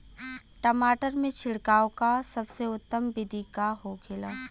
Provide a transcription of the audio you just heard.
टमाटर में छिड़काव का सबसे उत्तम बिदी का होखेला?